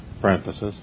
parenthesis